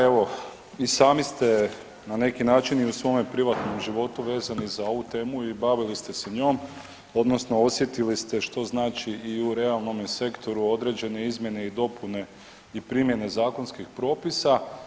Evo i sami ste na neki način i u svome privatnom životu vezani za ovu temu i bavili ste se njom odnosno osjetili ste što znači i u realnome sektoru određene izmjene i dopune i primjene zakonskih propisa.